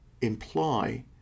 imply